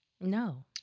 No